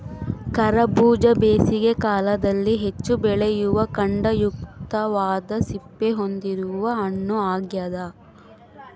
ಕರಬೂಜ ಬೇಸಿಗೆ ಕಾಲದಲ್ಲಿ ಹೆಚ್ಚು ಬೆಳೆಯುವ ಖಂಡಯುಕ್ತವಾದ ಸಿಪ್ಪೆ ಹೊಂದಿರುವ ಹಣ್ಣು ಆಗ್ಯದ